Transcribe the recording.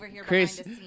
Chris